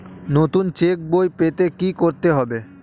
নতুন চেক বই পেতে কী করতে হবে?